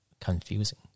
confusing